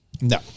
No